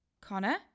Connor